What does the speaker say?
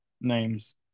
names